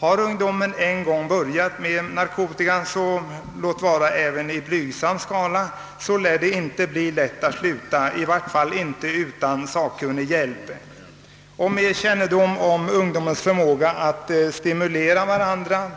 Har ungdomen en gång börjat med narkotika, låt vara i blygsam skala, lär det inte bli lätt att sluta — i varje fall inte utan sakkunnig hjälp. Med kännedom om ungdomars förmåga att påverka varandra